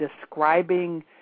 describing